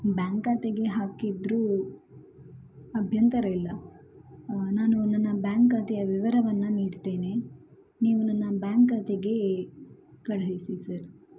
bank ಖಾತೆಗೆ ಹಾಕಿದರೂ ಅಭ್ಯಂತರ ಇಲ್ಲ ನಾನು ನನ್ನ ಬ್ಯಾಂಕ್ ಖಾತೆಯ ವಿವರವನ್ನು ನೀಡ್ತೇನೆ ನೀವು ನನ್ನ ಬ್ಯಾಂಕ್ ಖಾತೆಗೆ ಕಳುಹಿಸಿ ಸರ್